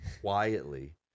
quietly